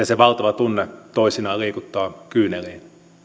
se valtava tunne toisinaan liikuttaa kyyneliin